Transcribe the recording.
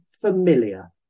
familiar